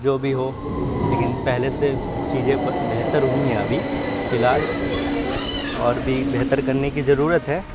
جو بھی ہو لیکن پہلے سے چیزیں بہتر ہوئی ہیں ابھی فی الحال اور بھی بہتر کرنے کی ضرورت ہے